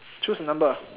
choose a number